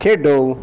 खेढो